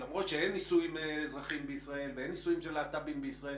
למרות שאין נישואים אזרחיים בישראל ואין נישואים של להט"בים בישראל,